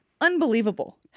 Unbelievable